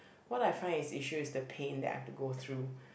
what I find is issue is the pain that I've to go through